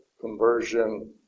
conversion